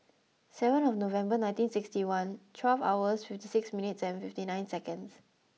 seven of November nineteen sixty one twelve hours fifty six minutes and fifty nine seconds